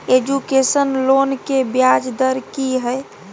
Education loan के ब्याज दर की हय?